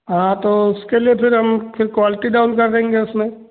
हाँ तो उसके लिए फिर हम फिर क्वालिटी डाउन कर देंगे उसमें